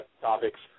topics